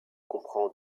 comprend